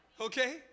okay